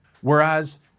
Whereas